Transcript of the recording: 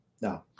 No